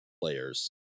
players